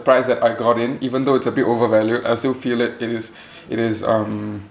price that I got in even though it's a bit overvalued I still feel it it is it is um